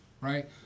Right